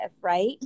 right